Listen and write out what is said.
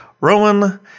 Roman